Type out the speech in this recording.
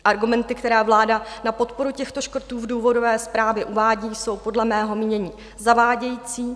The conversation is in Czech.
Argumenty, které vláda na podporu těchto škrtů v důvodové zprávě uvádí, jsou podle mého mínění zavádějící.